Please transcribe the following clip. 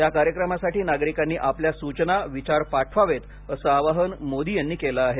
या कार्यक्रमासाठी नागरिकांनी आपल्या सूचना विचार पाठवावेत असं आवाहन मोदी यांनी केलं आहे